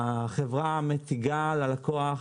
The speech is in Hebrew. החברה מציגה ללקוח